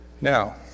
Now